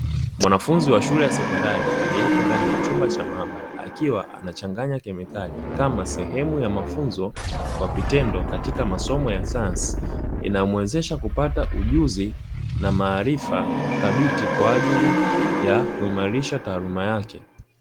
Mwanafunzi wa shule ya sekondari, aliyepo ndani ya chumba cha maabara, akiwa anachanganya kemikali kama sehemu ya mafunzo kwa vitendo katika masomo ya sayansi, inayomwezesha kupata ujuzi na maarifa thabiti kwa ajili ya kuimarisha taaluma yake.